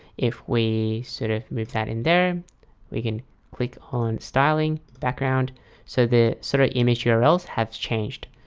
if we sort of move that in there we can click on styling background so the sort of image yeah urls have changed.